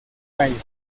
tallo